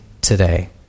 today